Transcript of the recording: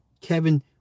Kevin